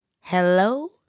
Hello